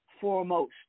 foremost